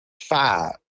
five